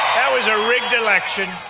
was a rigged election.